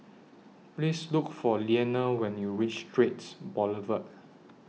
Please Look For Leaner when YOU REACH Straits Boulevard